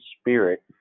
Spirit